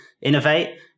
innovate